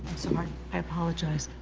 sorry, i apologize.